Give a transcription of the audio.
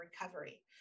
recovery